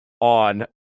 on